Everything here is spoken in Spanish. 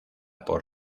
por